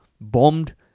bombed